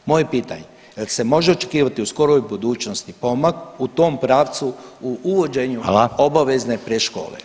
Moje je pitanje jel se može očekivati u skoroj budućnosti pomak u tom pravcu u uvođenju obavezne predškole? [[Upadica Reiner: Hvala.]] Hvala.